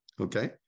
okay